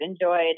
enjoyed